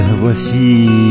Voici